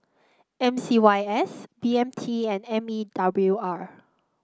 M C Y S B M T and M E W R